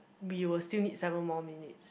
we will still need seven more minutes